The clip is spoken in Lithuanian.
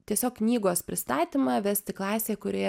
tiesiog knygos pristatymą vesti klasėje kurioje